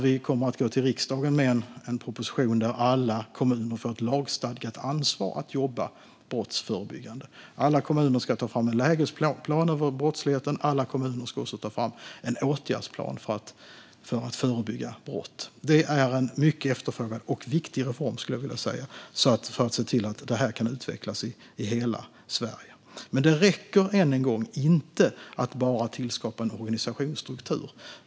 Vi kommer att gå till riksdagen med en proposition om att alla kommuner ska få ett lagstadgat ansvar att jobba brottsförebyggande. Alla kommuner ska ta fram en lägesplan över brottsligheten. Alla kommuner ska också ta fram en åtgärdsplan för att förebygga brott. Det är en mycket efterfrågad och viktig reform, skulle jag vilja säga, för att se till att det här kan utvecklas i hela Sverige. Men än en gång - det räcker inte att bara tillskapa en organisationsstruktur.